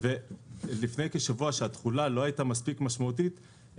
ולפני כשבוע שהתכולה לא היתה מספיק משמעותית,